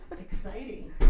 Exciting